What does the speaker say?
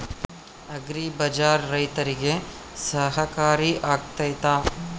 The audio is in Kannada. ಅಗ್ರಿ ಬಜಾರ್ ರೈತರಿಗೆ ಸಹಕಾರಿ ಆಗ್ತೈತಾ?